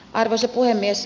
arvoisa puhemies